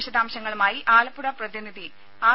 വിശദാംശങ്ങളുമായി ആലപ്പുഴ പ്രതിനിധി ആർ